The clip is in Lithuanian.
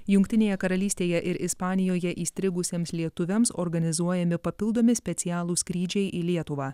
jungtinėje karalystėje ir ispanijoje įstrigusiems lietuviams organizuojami papildomi specialūs skrydžiai į lietuvą